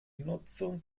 nutzung